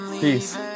Peace